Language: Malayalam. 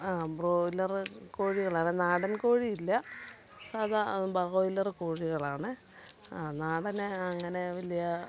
ആ ബ്രോയിലര് കോഴികളാണ് നാടൻ കോഴിയില്ല സാധാ ബ്രോയിലര് കോഴികളാണ് നാടന് അങ്ങനെ വലിയാ